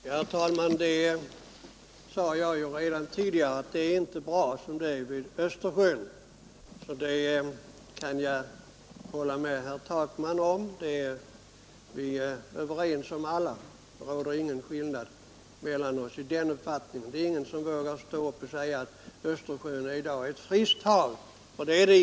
Onsdagen den Herr talman! Redan tidigare sade jag att förhållandena i Östersjön inte 22 november 1972 är bra som de är — det kan jag hålla med herr Takman om. Härvidlag — finns ingen skillnad i uppfattning mellan oss. Det är väl inte någon som i dag vågar stå upp och säga att Östersjön är ett friskt hav.